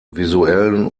visuellen